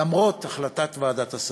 למרות החלטת ועדת השרים.